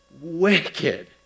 wicked